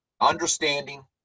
understanding